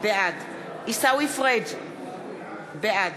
בעד עיסאווי פריג' בעד